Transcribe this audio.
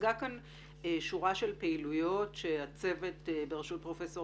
הוצגה כאן שורה של פעילויות שהצוות בראשות פרופסור